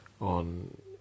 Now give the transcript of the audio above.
on